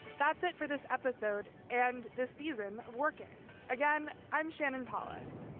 that's it for this episode and this season working again. i'm shannon palis.